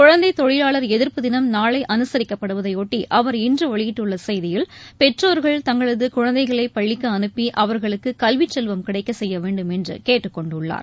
குழந்தை தொழிலாளர் எதிர்ப்பு தினம் நாளை அனுசரிக்கப்படுவதையொட்டி அவர் இன்று வெளியிட்டுள்ள செய்தியில் பெற்றோர்கள் தங்களது குழந்தைகளை பள்ளிக்கு அனுப்பி அவர்களுக்கு கல்விச்செல்வம் கிடைக்க செய்ய வேண்டும் என்று கேட்டுக்கொண்டுள்ளார்